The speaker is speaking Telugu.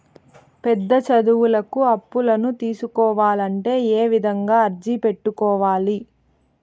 పెద్ద చదువులకు అప్పులను తీసుకోవాలంటే ఏ విధంగా అర్జీ పెట్టుకోవాలి?